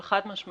אבל חד משמעית,